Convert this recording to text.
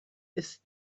ist